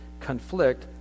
conflict